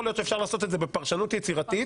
יכול להיות שאפשר לעשות את זה בפרשנות יצירתית.